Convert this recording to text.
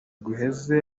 guheze